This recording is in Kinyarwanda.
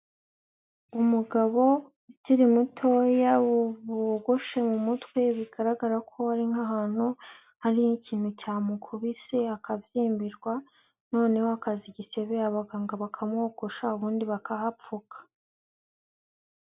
Umugabo ukiri mutoya wogoshe mu mutwe, bigaragara ko ari nk'ahantu hari ikintu cyamukubise akabyimbirwa, noneho hakazi gisebe, abaganga bakamwogosha ubundi bakahapfuka.